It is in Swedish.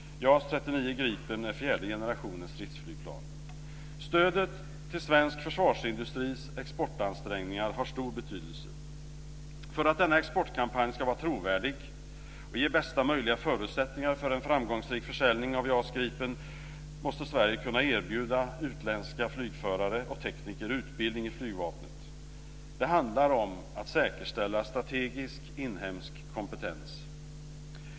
JAS 39 Gripen är fjärde generationens stridsflygplan. Stödet till svensk försvarsindustris exportansträngningar har stor betydelse. För att denna exportkampanj ska vara trovärdig och ge bästa möjliga förutsättningar för en framgångsrik försäljning av JAS 39 Gripen måste Sverige kunna erbjuda utländska flygförare och tekniker utbildning i flygvapnet. Det handlar om att säkerställa strategisk inhemsk kompetens.